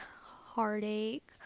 heartache